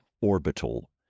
Orbital